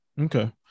Okay